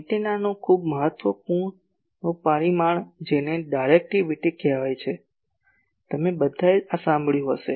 એન્ટેનાનું ખૂબ મહત્વનું પરિમાણ જેને ડાયરેક્ટિવિટી કહે છે તમે બધાએ આ સાંભળ્યું હશે